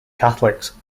catholics